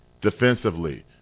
defensively